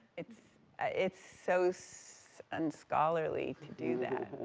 it's it's so so unscholarly to do that.